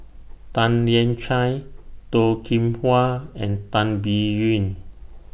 Tan Lian Chye Toh Kim Hwa and Tan Biyun